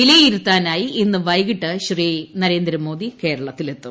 വിലയിരുത്താനായി ഇന്ന് ഉവെകിട്ട് ശ്രീ നരേന്ദ്രമോദി കേരളത്തിലെത്തും